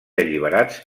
alliberats